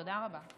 תודה רבה.